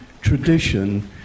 tradition